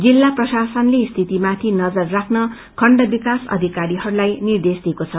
जिल्ला प्रशासनले स्थितिमाथि नजर राख्न खण्ड विकास अधिकारीहरूलाई निर्देश दिएको छ